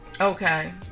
Okay